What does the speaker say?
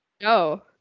No